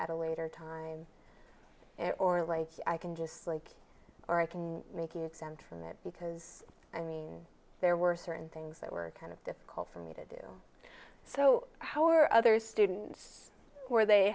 at a later time and or like i can just like or i can make exempt from that because i mean there were certain things that were kind of difficult for me to do so how are other students were they